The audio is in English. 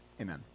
amen